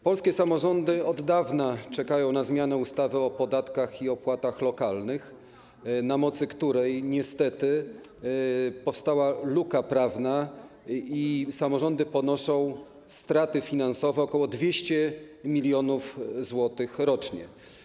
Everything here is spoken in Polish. Polskie samorządy od dawna czekają na zmianę ustawy o podatkach i opłatach lokalnych, na mocy której niestety powstała luka prawna i samorządy ponoszą straty finansowe ok. 200 mln zł rocznie.